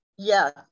Yes